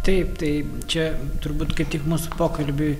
taip taip čia turbūt kaip tik mūsų pokalbiui